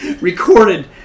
recorded